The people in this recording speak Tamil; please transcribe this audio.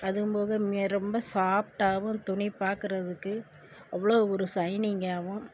அதுவும்போக மி ரொம்ப சாஃப்டாகவும் துணி பார்க்கறதுக்கு அவ்வளோ ஒரு சைனிங்காகவும்